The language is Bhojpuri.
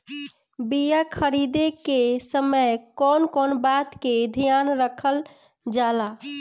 बीया खरीदे के समय कौन कौन बात के ध्यान रखल जाला?